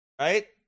right